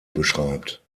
beschreibt